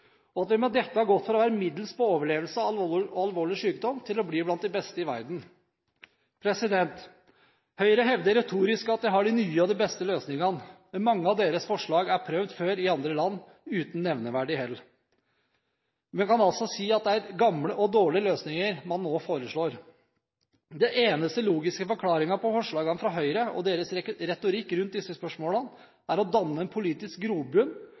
og at vi med dette har gått fra å være middels på overlevelse med alvorlig sykdom til å bli blant de beste i verden. Høyre hevder retorisk at de har de nye og de beste løsningene, men mange av deres forslag er prøvd før i andre land – uten nevneverdig hell. Man kan si at det er gamle og dårlige løsninger man nå foreslår. Den eneste logiske forklaringen på forslagene fra Høyre og deres retorikk rundt disse spørsmålene er at de vil danne politisk grobunn